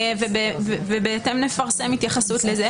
ובהתאם נפרסם התייחסות לזה.